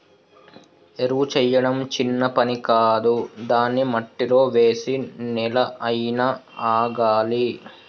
ఎరువు చేయడం చిన్న పని కాదు దాన్ని మట్టిలో వేసి నెల అయినా ఆగాలి